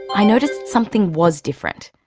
i noticed something was different.